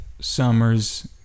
Summers